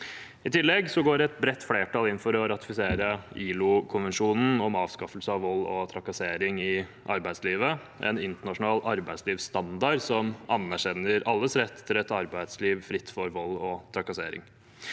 I tillegg går et bredt flertall inn for å ratifisere ILO-konvensjonen om avskaffelse av vold og trakassering i arbeidslivet, en internasjonal arbeidslivsstandard som anerkjenner alles rett til et arbeidsliv fritt for vold og trakassering.